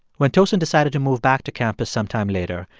when tosin decided to move back to campus sometime later,